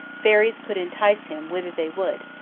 fairies could entice him whither they would,